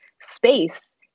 space